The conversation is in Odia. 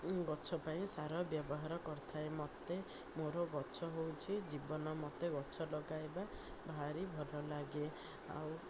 ଗଛ ପାଇଁ ସାର ବ୍ୟବହାର କରିଥାଏ ମୋତେ ମୋର ଗଛ ହେଉଛି ଜୀବନ ମୋତେ ଗଛ ଲଗାଇବା ଭାରି ଭଲ ଲାଗେ ଆଉ